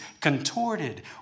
contorted